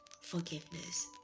forgiveness